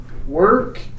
Work